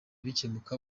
bikemuka